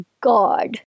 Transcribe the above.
God